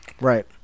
Right